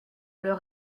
leur